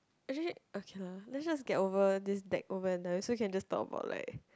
actually okay lah then just get over this takeover and then so we can just talk about like